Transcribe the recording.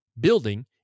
building